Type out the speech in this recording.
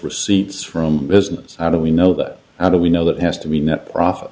receipts from business how do we know that how do we know that has to be a net profit